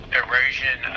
erosion